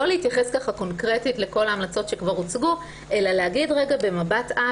לא להתייחס קונקרטית לכל ההמלצות שכבר הוצגו אלא להגיד במבט-על